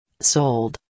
Sold